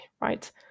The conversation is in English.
right